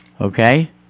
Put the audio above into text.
Okay